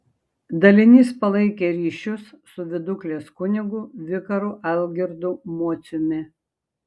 dalinys palaikė ryšius su viduklės kunigu vikaru algirdu mociumi